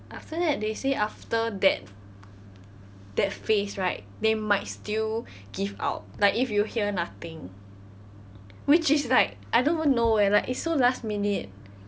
after that they say after that that phase right they might still give out like if you hear nothing which is like I don't even know whether it's so last minute